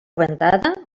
ventada